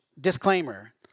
disclaimer